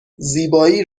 زیبایی